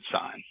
sign